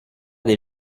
des